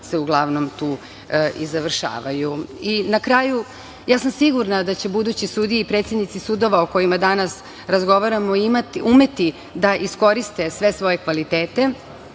se uglavnom tu i završavaju. Na kraju, ja sam sigurna da će buduće sudije i predsednici sudova o kojima danas razgovaramo umeti da iskoriste sve svoje kvalitete,